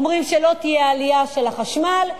אומרים שלא תהיה עלייה של מחיר החשמל,